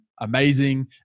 amazing